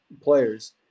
players